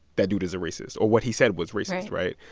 that dude is a racist. or, what he said was racist, right?